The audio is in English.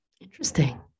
interesting